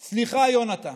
סליחה, יונתן.